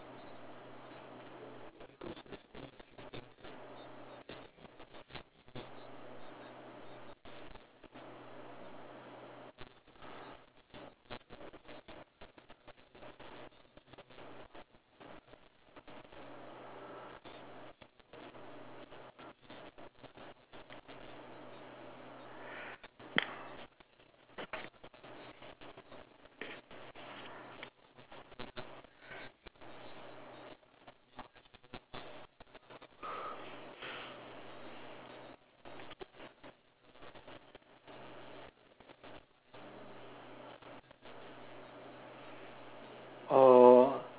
oh